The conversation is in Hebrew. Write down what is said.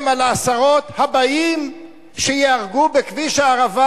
על העשרות הבאים שייהרגו בכביש הערבה?